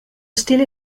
stile